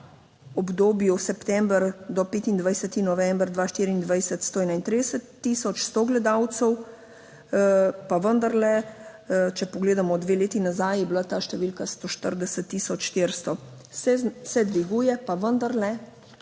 obdobju september do 25. november 2024 131 tisoč 100 gledalcev, pa vendarle, če pogledamo dve leti nazaj, je bila ta številka 140 tisoč 400. Se dviguje, pa vendarle,